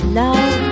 love